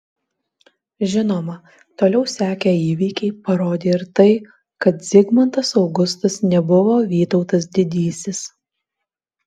žinoma toliau sekę įvykiai parodė ir tai kad zigmantas augustas nebuvo vytautas didysis